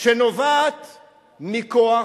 שנובעת מכוח,